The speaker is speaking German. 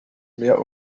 mehr